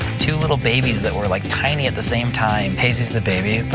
two little babies that were, like, tiny at the same time, hazy's the baby. but,